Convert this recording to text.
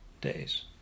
days